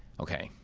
okay.